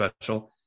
special